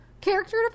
Character